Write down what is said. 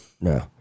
No